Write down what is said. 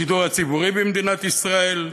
השידור הציבורי במדינת ישראל,